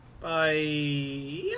Bye